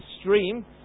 stream